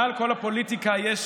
מעל כל הפוליטיקה יש